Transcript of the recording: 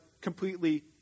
completely